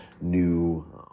new